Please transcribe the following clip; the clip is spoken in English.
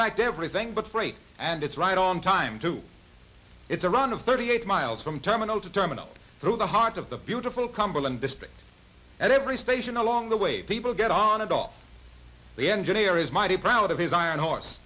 fact everything but freight and it's right on time too it's a run of thirty eight miles from terminal to terminal through the heart of the beautiful cumberland district and every station along the way people get on it all the engineer is mighty proud of his iron horse